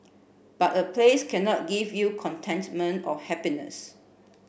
but a place cannot give you contentment or happiness